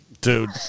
Dude